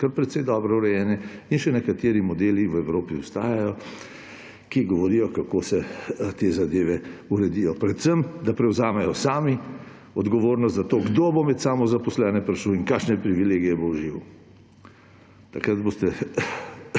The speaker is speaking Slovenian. kar precej dobro urejene. In še nekateri modeli v Evropi obstajajo, ki govorijo, kako se te zadeve uredijo; predvsem, da prevzamejo sami odgovornost za to, kdo bo med samozaposlene prišel in kakšne privilegije bo užival. Takrat se